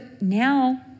now